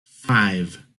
five